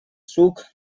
сук